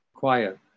quiet